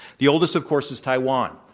the oldest, of course, is taiwan,